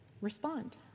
respond